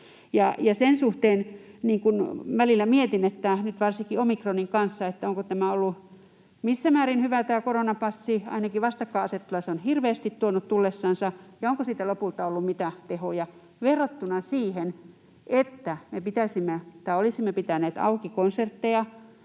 sen suhteen välillä mietin, varsinkin nyt omikronin kanssa, onko tämä koronapassi ollut missä määrin hyvä — ainakin vastakkainasettelua se on hirveästi tuonut tullessansa — ja onko siitä lopulta ollut mitään tehoja verrattuna siihen, että me olisimme pitäneet auki konsertteja,